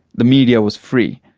the media was free.